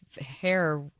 hair